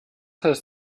heißt